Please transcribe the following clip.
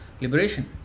liberation